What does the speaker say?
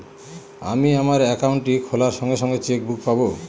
আমি আমার একাউন্টটি খোলার সঙ্গে সঙ্গে চেক বুক পাবো?